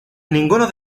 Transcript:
ninguno